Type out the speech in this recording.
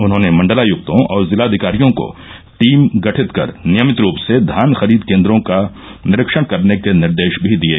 उन्होंने मण्डलायक्तों और जिलाधिकारियों को टीम गठित कर नियमित रूप से धान खरीद केन्द्रों का निरीक्षण करने के निर्देश भी दिये